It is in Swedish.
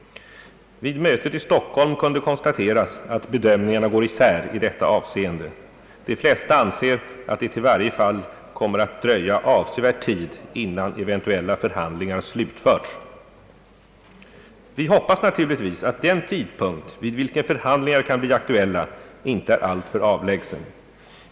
Vid mötet i Stockholm kunde konstateras, att bedömningarna går isär i detta avseende. De flesta anser att det i varje fall kom mer att dröja avsevärd tid innan eventuella förhamdlingar slutförts. Vi hoppas naturligtvis att den tidpunkt vid vilken förhandlingar kan bli aktuella inte är alltför avlägsen.